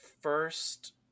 first